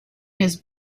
his